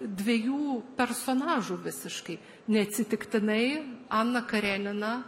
dviejų personažų visiškai neatsitiktinai ana karenina